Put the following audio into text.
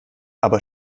aber